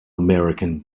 american